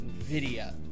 NVIDIA